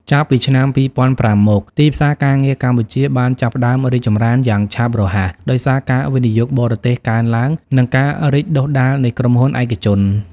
ចាប់ពីឆ្នាំ ២០០៥ មក ទីផ្សារការងារកម្ពុជាបានចាប់ផ្តើមរីកចម្រើនយ៉ាងឆាប់រហ័ស ដោយសារការវិនិយោគបរទេសកើនឡើង និងការរីកដុះដាលនៃក្រុមហ៊ុនឯកជន។